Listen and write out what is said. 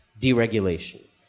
deregulation